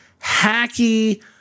hacky